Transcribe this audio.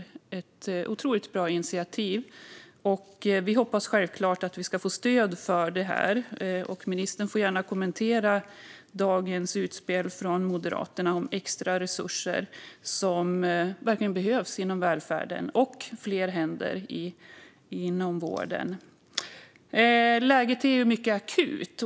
Detta är ett otroligt bra initiativ, och vi hoppas självklart att vi ska få stöd för det. Ministern får gärna kommentera dagens utspel från Moderaterna om extra resurser som verkligen behövs inom välfärden och fler händer inom vården. Läget är mycket akut.